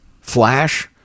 Flash